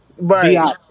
Right